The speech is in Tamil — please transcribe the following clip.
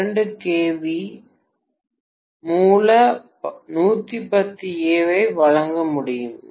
2 kV மூல 110 A ஐ வழங்க முடியும்